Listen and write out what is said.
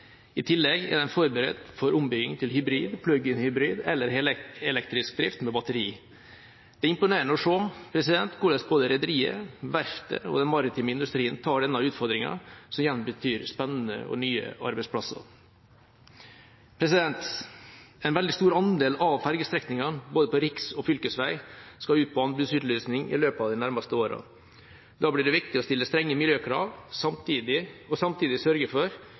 I tillegg er den forberedt for ombygging til hybrid, plug-in-hybrid eller helelektrisk drift med batteri. Det er imponerende å se hvordan både rederiet, verftet og den maritime industrien tar denne utfordringen, som igjen betyr nye, spennende arbeidsplasser. En veldig stor andel av fergestrekningene, både på riks- og fylkesveier, skal ut på ny anbudsutlysning i løpet av de nærmeste årene. Da blir det viktig å stille strenge miljøkrav og samtidig sørge for